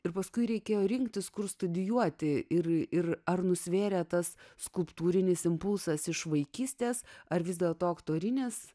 ir paskui reikėjo rinktis kur studijuoti ir ar nusvėrė tas skulptūrinis impulsas iš vaikystės ar vis dėlto aktorinės